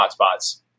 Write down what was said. hotspots